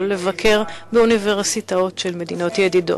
לבקר באוניברסיטאות של מדינות ידידות,